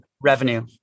revenue